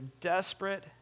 desperate